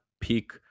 peak